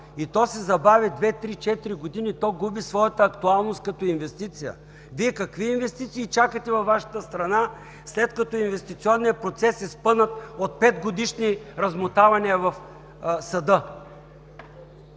три, четири години, то губи своята актуалност като инвестиция. Вие какви инвестиции чакате във Вашата страна, след като инвестиционният процес е спънат от петгодишни размотавания в съда?“